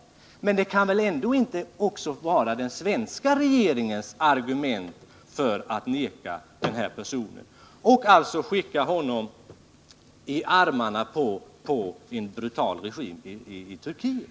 Men det medlemskapet kan väl ändå inte vara den svenska regeringens argument för att vägra denna person inresevisum — och alltså skicka honom i armarna på en brutal regim i Turkiet.